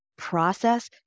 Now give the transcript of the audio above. Process